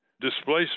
displacement